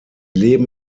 leben